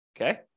Okay